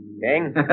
King